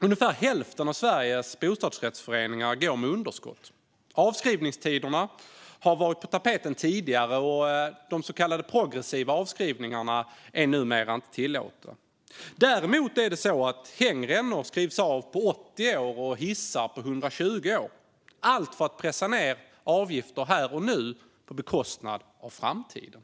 Ungefär hälften av Sveriges bostadsrättsföreningar går med underskott. Avskrivningstiderna har varit på tapeten tidigare, och så kallade progressiva avskrivningar är numera inte tillåtna. Däremot kan till exempel hängrännor skrivas av på 80 år och hissar på 120 år - allt för att pressa ned avgifterna här och nu på bekostnad av framtiden.